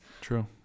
True